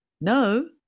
No